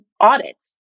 audits